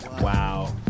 Wow